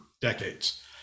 decades